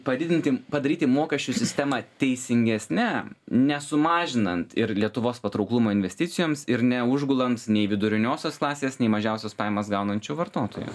padidinti padaryti mokesčių sistemą teisingesne nesumažinant ir lietuvos patrauklumo investicijoms ir neužgulant nei viduriniosios klasės nei mažiausias pajamas gaunančių vartotojų